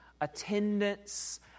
attendance